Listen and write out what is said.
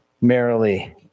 merrily